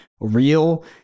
real